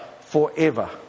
forever